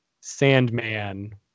Sandman